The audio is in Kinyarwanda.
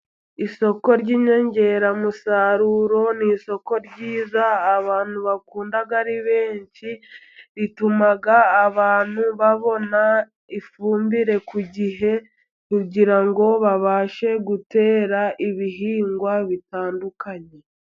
Isoko ry'inyongeramusaruro ni isoko ryiza abantu bakunda ari benshi rituma abantu babona ifumbire ku gihe kugira ngo babashe gutera ibihingwa bitandukanye.